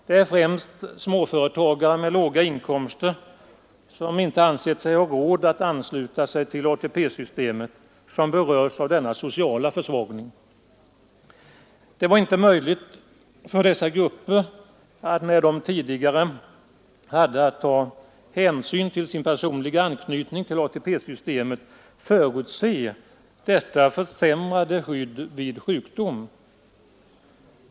Det är främst småföretagare med låga inkomster som inte ansett sig ha råd att gå med i ATP-systemet som berörs av denna sociala försvagning. Det var inte möjligt för dessa grupper, när de tidigare hade att bedöma sin personliga anknytning till ATP-systemet, att förutse det försämrade skyddet vid sjukdom.